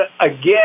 again